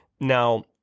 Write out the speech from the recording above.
Now